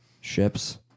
Ships